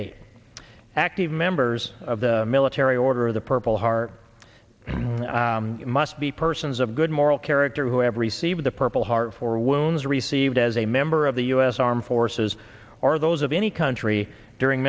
eight active members of the military order of the purple heart must be persons of good moral character who have received the purple heart for wounds received as a member of the us armed forces or those of any country during